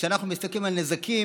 כשאנחנו מסתכלים על נזקים,